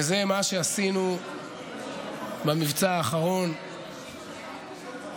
וזה מה שעשינו במבצע האחרון בעזה,